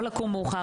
לא לקום מאוחר,